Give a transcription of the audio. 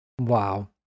Wow